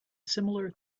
similar